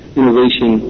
innovation